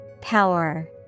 Power